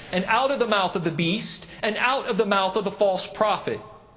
and out of the mouth of the beast, and out of the mouth of the false prophet.